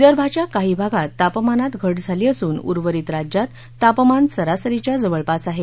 विदर्भाच्या काही भागात तापमानात घट झाली असून उर्वरित राज्यात तापमान सरासरीच्या जवळपास आहे